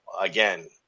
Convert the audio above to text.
again